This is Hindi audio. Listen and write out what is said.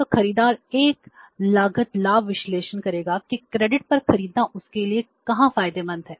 तो खरीदार एक लागत लाभ विश्लेषण करेगा कि क्रेडिट पर खरीदना उसके लिए कहां फायदेमंद है